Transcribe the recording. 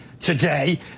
Today